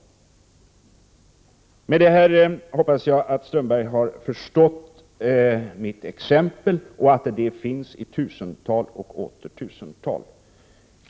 Efter vad jag nu sagt hoppas jag att Strömberg har förstått mitt exempel och insett att sådana här fall finns i tusental.